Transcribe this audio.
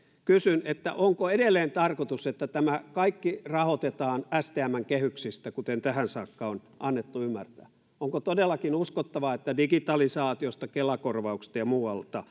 onko edelleen tarkoitus että tämä kaikki rahoitetaan stmn kehyksestä kuten tähän saakka on annettu ymmärtää onko todellakin uskottava että digitalisaatiosta kela korvauksista ja muualta